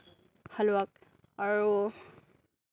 হালোৱাক আৰু